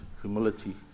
humility